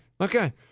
Okay